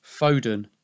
Foden